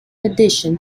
addition